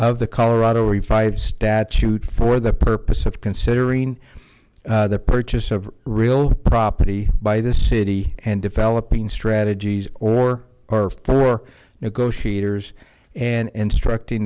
of the colorado revised statute for the purpose of considering the purchase of real property by the city and developing strategies or are for negotiators and instructing